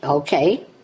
Okay